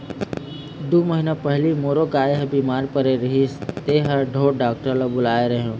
दू महीना पहिली मोरो गाय ह बिमार परे रहिस हे त ढोर डॉक्टर ल बुलाए रेहेंव